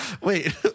wait